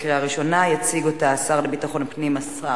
עברה בקריאה ראשונה וחוזרת לדיון בוועדת החוקה,